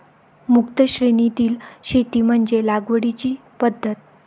मुक्त श्रेणीतील शेती म्हणजे लागवडीची पद्धत